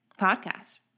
podcast